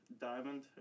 diamond